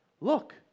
Look